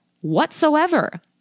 whatsoever